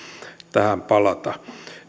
tähän palata